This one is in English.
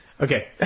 Okay